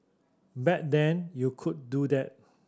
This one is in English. back then you could do that